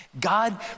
God